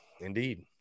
Indeed